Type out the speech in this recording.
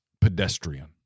Pedestrian